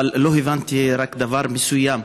אבל לא הבנתי רק דבר מסוים.